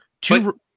Two